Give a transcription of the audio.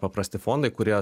paprasti fondai kurie